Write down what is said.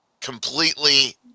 Completely